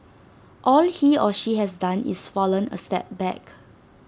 all he or she has done is fallen A step back